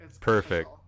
Perfect